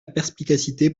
perspicacité